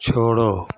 छोड़ो